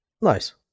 Nice